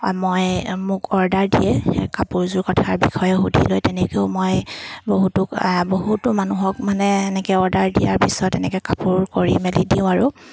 মই মোক অৰ্ডাৰ দিয়ে কাপোৰযোৰ কথাৰ বিষয়ে সুধি লয় তেনেকৈও মই বহুতো বহুতো মানুহক মানে এনেকৈ অৰ্ডাৰ দিয়াৰ পিছত এনেকৈ কাপোৰ কৰি মেলি দিওঁ আৰু